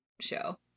show